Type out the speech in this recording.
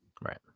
Right